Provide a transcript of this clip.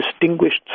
distinguished